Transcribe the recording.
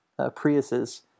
Priuses